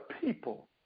people